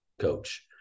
coach